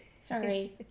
sorry